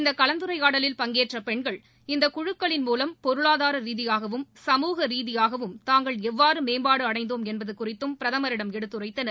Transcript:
இந்த கலந்துரையாடலில் பங்கேற்ற பெண்கள் இந்த குழுக்களின் மூவம் பொருளாதார ரீதியாகவும் சமூக ரீதியாகவும் தாங்கள் எவ்வாறு மேம்பாடு அடைந்தோம் என்பது குறித்தும் பிரதமரிடம் எடுத்துரைத்தனர்